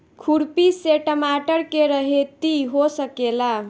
खुरपी से टमाटर के रहेती हो सकेला?